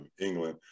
England